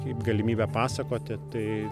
kaip galimybę pasakoti tai